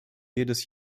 jedes